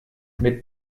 mit